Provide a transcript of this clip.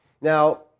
Now